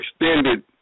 extended